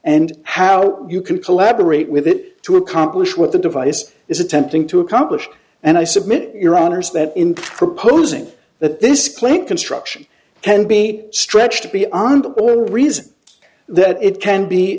and how you can collaborate with it to accomplish what the device is attempting to accomplish and i submit your honour's that in proposing that this plant construction can be a stretch to be on the reason that it can